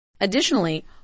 Additionally